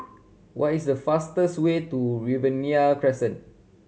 what is the fastest way to Riverina Crescent